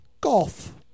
Golf